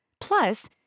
Plus